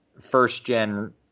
first-gen